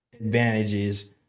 advantages